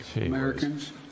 americans